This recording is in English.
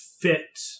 fit